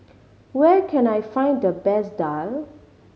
where can I find the best daal